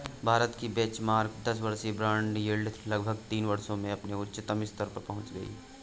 भारत की बेंचमार्क दस वर्षीय बॉन्ड यील्ड लगभग तीन वर्षों में अपने उच्चतम स्तर पर पहुंच गई